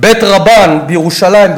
"בית רבן" בירושלים,